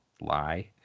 lie